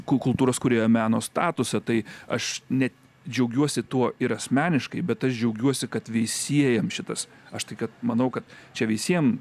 ku kultūros kūrėjo meno statusą tai aš net džiaugiuosi tuo ir asmeniškai bet aš džiaugiuosi kad veisiejams šitas aš tai kad manau kad čia visiems